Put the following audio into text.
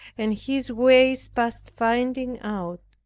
and his ways past finding out.